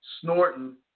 snorting